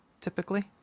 typically